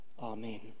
Amen